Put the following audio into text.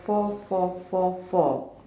four four four four